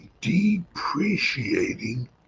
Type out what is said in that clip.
depreciating